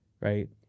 right